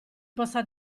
possa